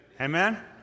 Amen